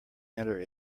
enter